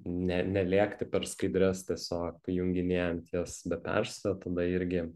ne nelėkti per skaidres tiesiog junginėjant jas be perstojo tada irgi